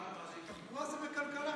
תחבורה זה לכלכלה.